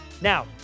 Now